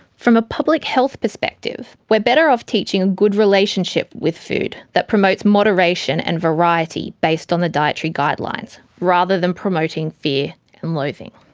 from a public health perspective, we're better off teaching a good relationship with food that promotes moderation and variety based on the dietary guidelines, rather than promoting fear and loathing.